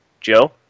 Joe